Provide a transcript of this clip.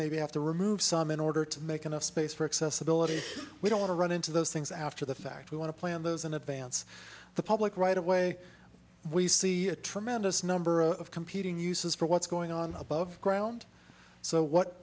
maybe have to remove some in order to make enough space for accessibility we don't want to run into those things after the fact we want to plan those in advance the public right away we see a tremendous number of competing uses for what's going on above ground so what